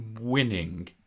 winning